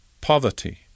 poverty